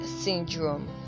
syndrome